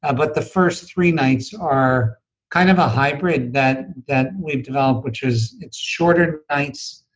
ah but the first three nights are kind of a hybrid that that we've developed, which is it's shorter nights.